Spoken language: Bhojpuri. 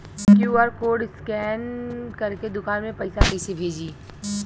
क्यू.आर कोड स्कैन करके दुकान में पैसा कइसे भेजी?